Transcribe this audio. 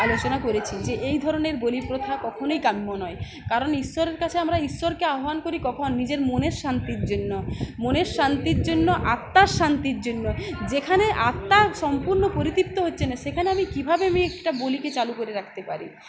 আলোচনা করেছি যে এই ধরনের বলি প্রথা কখনই কাম্য নয় কারণ ঈশ্বরের কাছে আমরা ঈশ্বরকে আহ্বান করি কখন নিজের মনের শান্তির জন্য মনের শান্তির জন্য আত্মার শান্তির জন্য যেখানে আত্ম সম্পূর্ণ পরিতৃপ্ত হচ্ছে না সেখানে আমি কীভাবে আমি একটা বলিকে চালু করে রাখতে পারি